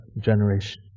generation